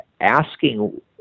asking